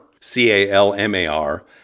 C-A-L-M-A-R